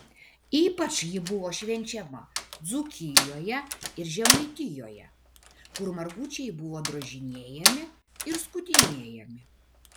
ypač ji buvo švenčiama dzūkijoje ir žemaitijoje kur margučiai buvo drožinėjami ir skutinėjami